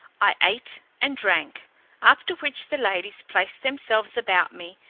i ate and drank after which the ladies placed themselves about me,